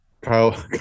Kyle